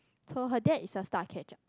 so her dad is a star catcher